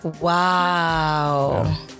Wow